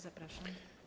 Zapraszam.